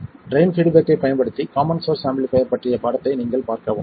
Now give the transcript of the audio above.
drain பீட்பேக்கைப் பயன்படுத்தி common source amplifier பற்றிய பாடத்தை நீங்கள் பார்க்கவும்